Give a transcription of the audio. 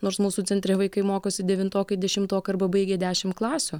nors mūsų centre vaikai mokosi devintokai dešimtokai arba baigę dešimt klasių